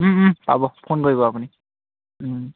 ওঁ পাব ফোন কৰিব আপুনি